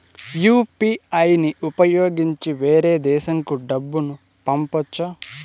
UPI ని ఉపయోగించి వేరే దేశంకు డబ్బును పంపొచ్చా?